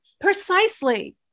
Precisely